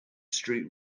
street